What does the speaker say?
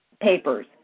papers